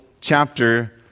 chapter